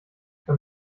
beim